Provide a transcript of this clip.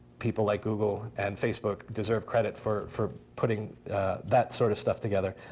people like google and facebook deserve credit for for putting that sort of stuff together.